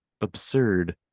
absurd